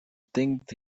think